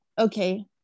okay